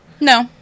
No